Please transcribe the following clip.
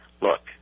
look